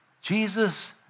Jesus